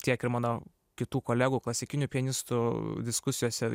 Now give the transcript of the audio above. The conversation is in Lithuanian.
tiek ir mano kitų kolegų klasikinių pianistų diskusijose